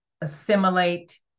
assimilate